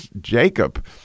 Jacob